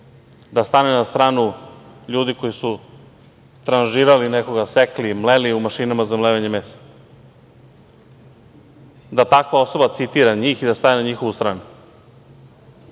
da stane na stranu ljudi koji su tranžirali nekog, sekli, mleli u mašinama za mlevenje mesa, da takva osoba citira njih i da stane na njihovu stranu. Takvi